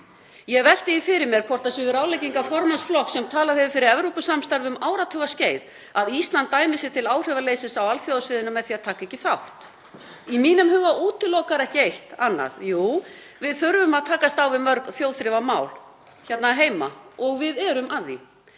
Ég velti því fyrir mér hvort það séu ráðleggingar formanns flokks sem talað hefur fyrir Evrópusamstarfi um áratugaskeið að Ísland dæmi sig til áhrifaleysis á alþjóðasviðinu með því að taka ekki þátt. Í mínum huga útilokar ekki eitt annað. Jú, við þurfum að takast á við mörg þjóðþrifamál hérna heima og við erum að því.